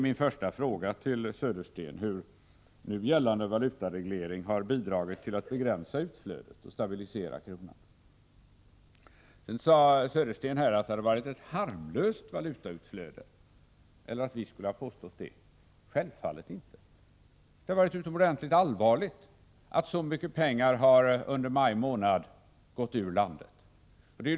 Min första fråga till Bo Södersten är därför hur nu gällande valutareglering har bidragit till att begränsa utflödet och stabilisera kronan. Bo Södersten säger sedan att vi skulle ha påstått att detta valutautflöde är harmlöst. Självfallet har vi inte gjort det. Det är tvärtom mycket allvarligt att så mycket pengar under maj månad har gått ur landet.